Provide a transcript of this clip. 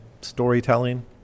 storytelling